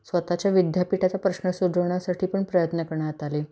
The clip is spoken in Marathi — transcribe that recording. स्वतःच्या विद्यापीठाचा प्रश्न सोडवण्यासाठी पण प्रयत्न करण्यात आले